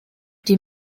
die